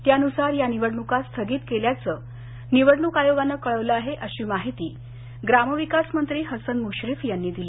त्यान्सार या निवडण्का स्थगित केल्यांच निवडण्क आयोगानं कळवल आहे अशी माहिती ग्रामविकास मंत्री हसन मुश्रीफ यांनी दिली